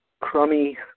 crummy